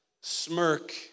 smirk